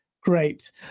great